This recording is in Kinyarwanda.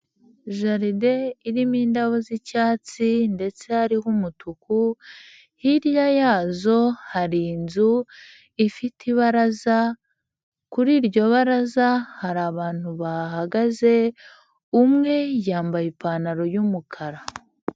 Jaride irimo indabo z'icyatsi ndetse hariho umutuku, hirya yazo hari inzu ifite ibaraza kuri iryo baraza hari abantu bahahagaze, umwe yambaye ipantaro y'umukara.